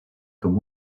com